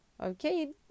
Okay